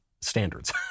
standards